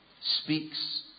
speaks